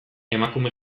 emakume